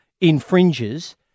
infringes